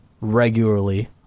regularly